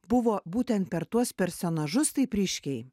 buvo būtent per tuos personažus taip ryškiai